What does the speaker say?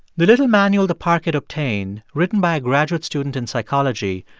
the little manual the park had obtained, written by a graduate student in psychology,